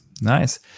nice